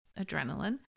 adrenaline